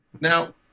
now